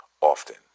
often